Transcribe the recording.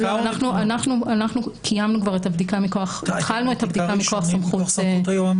אנחנו התחלנו את הבדיקה מכוח סמכות היועץ.